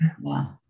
Wow